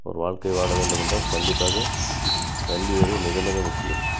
ஒரு வாழ்க்கை வாழ வேண்டுமென்றால் கண்டிப்பாக கல்வியறிவு மிக மிக முக்கியம்